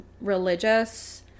religious